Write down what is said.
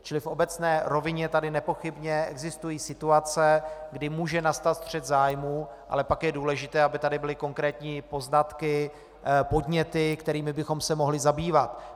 Čili v obecné rovině tady nepochybně existují situace, kdy může nastat střet zájmů, ale pak je důležité, aby tady byly konkrétní poznatky, podněty, kterými bychom se mohli zabývat.